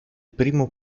primo